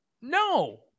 No